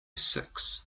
six